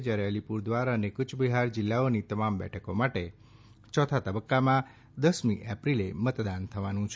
જ્યારે અલીપુરદ્વાર અને ક્યબિહાર જિલ્લાઓની તમામ બેઠકો માટે ચોથા તબક્કામાં દશમી એપ્રિલ મતદાન થવાનું છે